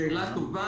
שאלה טובה.